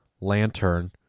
Lantern